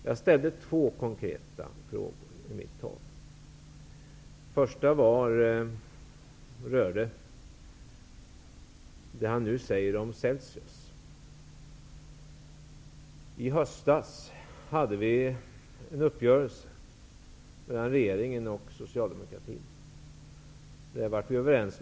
Jag ställde två konkreta frågor i mitt tal. Den första rörde det som han nu säger om Celsius. I höstas träffade vi en uppgörelse mellan regeringen och Socialdemokraterna.